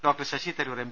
doctor Shashi Tharoor M